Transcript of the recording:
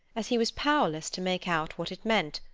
as he was powerless to make out what it meant,